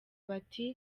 bagira